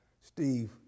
Steve